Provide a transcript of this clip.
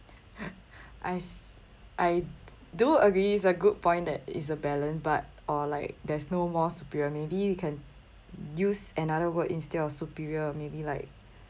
I s~ I do agree it's a good point that is a balance but or like there's no more superior maybe you can use another word instead of superior maybe like